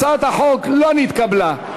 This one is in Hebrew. הצעת החוק לא נתקבלה.